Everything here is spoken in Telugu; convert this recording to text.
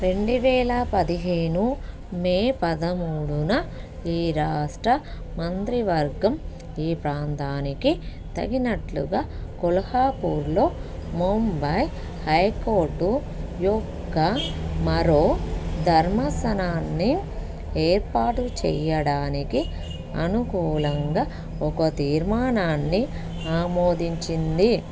రెండు వేల పదిహేను మే పదమూడున ఈ రాష్ట్ర మంత్రివర్గం ఈ ప్రాంతానికి తగినట్లుగా కొల్హాపూర్లో ముంబయి హైకోర్టు యొక్క మరో ధర్మాసనాన్ని ఏర్పాటు చేయడానికి అనుకూలంగా ఒక తీర్మానాన్ని ఆమోదించింది